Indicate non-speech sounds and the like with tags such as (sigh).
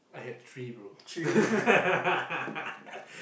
I had three bro (laughs)